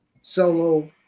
solo